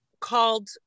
called